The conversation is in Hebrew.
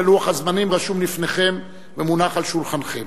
לוח הזמנים רשום לפניכם ומונח על שולחנכם.